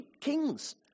kings